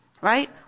Right